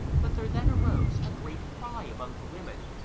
but there then arose a great cry among the women,